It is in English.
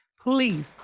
please